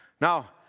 Now